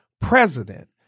president